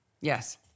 Yes